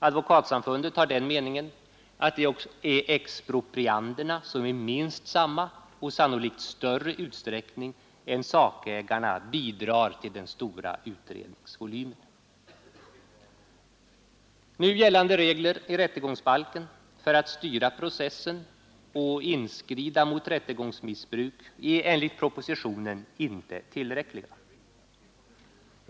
Advokatsamfundet har den meningen att det är exproprianderna som i minst samma och sannolikt större utsträckning än sakägarna bidrar till den stora utredningsvolymen. Nu gällande regler i rättegångsbalken för att styra processen och inskrida mot rättegångsmissbruk är enligt propositionen inte tillräckliga.